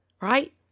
Right